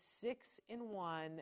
six-in-one